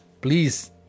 please